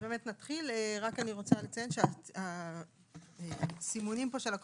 אני רק רוצה לציין שהסימונים של "עקוב